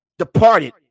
departed